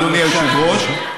אדוני היושב-ראש,